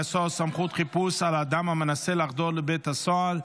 הסוהר (סמכות חיפוש על אדם המנסה לחדור לבית הסוהר),